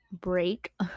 break